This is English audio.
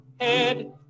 head